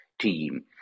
team